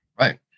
Right